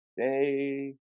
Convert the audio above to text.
day